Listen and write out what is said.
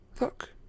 look